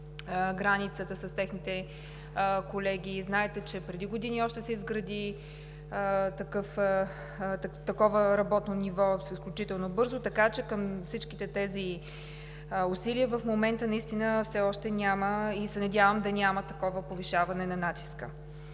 границата, с техните колеги. Знаете, че още преди години се изгради такова работно ниво, изключително бързо, така че към всичките тези усилия в момента наистина все още няма и се надявам да няма такова повишаване на натиска.